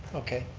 okay,